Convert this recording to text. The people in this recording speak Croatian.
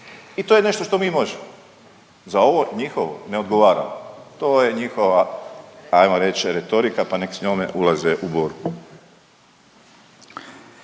i to je nešto što mi možemo. Za ovo njihovo ne odgovaram. To je njihova hajmo reći retorika pa nek' s njima ulaze u borbu.